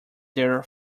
their